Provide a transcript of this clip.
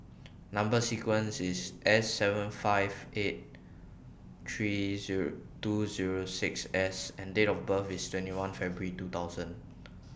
Number sequence IS S seven five eight three Zero two Zero six S and Date of birth IS twenty one February two thousand